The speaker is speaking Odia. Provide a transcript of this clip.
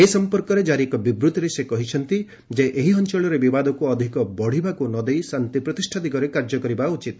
ଏ ସଂପର୍କରେ ଜାରି ଏକ ବିବୃଭିରେ ସେ କହିଛନ୍ତି ଏହି ଅଞ୍ଚଳରେ ବିବାଦକୁ ଅଧିକ ବଢ଼ିବାକୁ ନ ଦେଇ ଶାନ୍ତି ପ୍ରତିଷ୍ଠା ଦିଗରେ କାର୍ଯ୍ୟ କରିବା ଉଚିତ